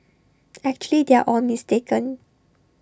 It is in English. actually they are all mistaken